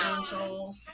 Angels